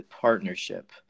partnership